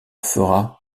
fera